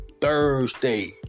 Thursday